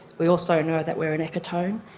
we also know that we are an ecotone,